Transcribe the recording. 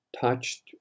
touched